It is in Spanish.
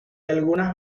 algunas